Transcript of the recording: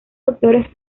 actores